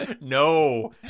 no